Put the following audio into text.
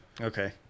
okay